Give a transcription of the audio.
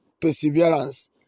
perseverance